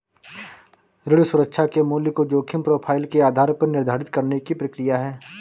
ऋण सुरक्षा के मूल्य को जोखिम प्रोफ़ाइल के आधार पर निर्धारित करने की प्रक्रिया है